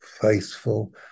Faithful